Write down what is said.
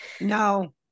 No